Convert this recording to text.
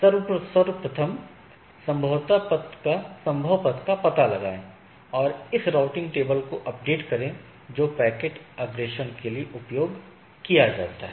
सर्वोत्तम संभव पथ का पता लगाएं और इस राउटिंग टेबल को अपडेट करें जो पैकेट अग्रेषण के लिए उपयोग किया जाता है